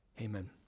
Amen